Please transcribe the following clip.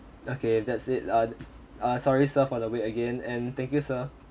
okay that's it uh ah sorry sir for the wait again and thank you sir